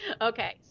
Okay